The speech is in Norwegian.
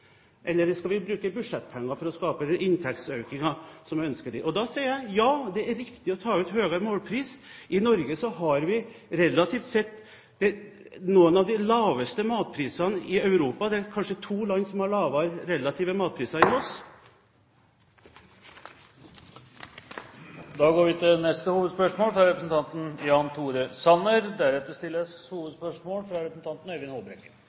eller skal vi bruke budsjettpenger for å skape den inntektsøkningen som er ønskelig? Da sier jeg: Ja, det er riktig å ta ut høyere målpris. I Norge har vi relativt sett noen av de laveste matprisene i Europa. Det er kanskje to land som har lavere relative matpriser enn oss. Vi går til neste hovedspørsmål. Mitt spørsmål går til finansministeren. Vi skal bevege oss fra